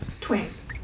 twins